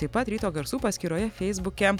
taip pat ryto garsų paskyroje feisbuke